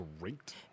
Great